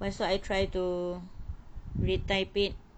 pastu I try to retype it